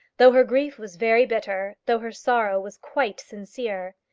though her grief was very bitter, though her sorrow was quite sincere,